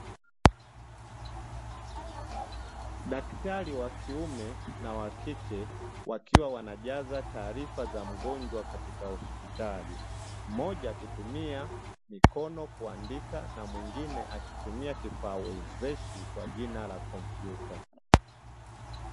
Daktari wa kiume na wa kike wakiwa wanajaza taarifa za mgonjwa katika hospitali, mmoja akitumia mikono kuandika, na mwingine akitumia kifaa wezeshi kwa jina la kompyuta.